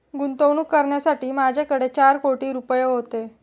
गुंतवणूक करण्यासाठी माझ्याकडे चार कोटी रुपये होते